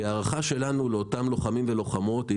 כי ההערכה שלנו לאותם לוחמים ולוחמות היא